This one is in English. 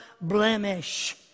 blemish